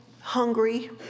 hungry